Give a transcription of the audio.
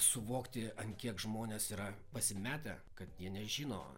suvokti ant kiek žmonės yra pasimetę kad jie nežino